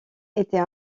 était